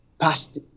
passed